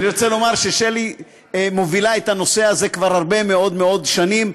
אני רוצה לומר ששלי מובילה את הנושא הזה כבר הרבה מאוד מאוד שנים,